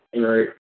Right